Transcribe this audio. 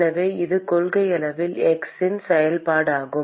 எனவே இது கொள்கையளவில் x இன் செயல்பாடாகும்